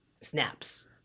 snaps